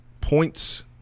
points